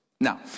Now